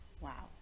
Wow